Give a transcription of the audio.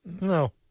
No